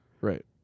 Right